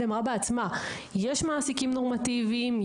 יש מעסיקים נורמטיביים,